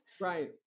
right